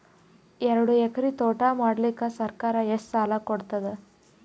ಎರಡು ಎಕರಿ ತೋಟ ಮಾಡಲಿಕ್ಕ ಸರ್ಕಾರ ಎಷ್ಟ ಸಾಲ ಕೊಡತದ?